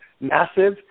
massive